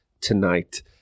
tonight